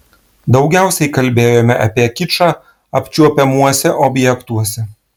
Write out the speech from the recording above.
daugiausiai kalbėjome apie kičą apčiuopiamuose objektuose